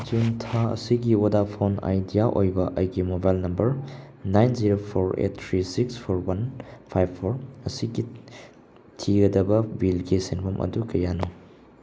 June ꯊꯥ ꯑꯁꯤꯒꯤ Vodafone Idea ꯑꯣꯏꯕ ꯑꯩꯒꯤ mobile number nine zero four eight three six four one five four ꯑꯁꯤꯒꯤ ꯊꯤꯒꯗꯕ ꯕꯤꯜꯒꯤ ꯁꯦꯟꯐꯝ ꯑꯗꯨ ꯀꯌꯥꯅꯣ